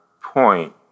point